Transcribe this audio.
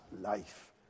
life